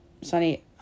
Sunny